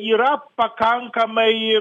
yra pakankamai